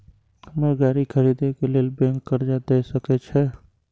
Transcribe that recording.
हमरा गाड़ी खरदे के लेल बैंक कर्जा देय सके छे?